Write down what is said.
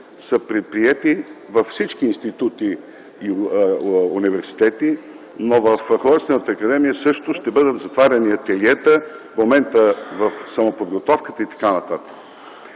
са предприети във всички институти и университети, но в Художествената академия също ще бъдат затваряни ателиета, в момента на самоподготовка и така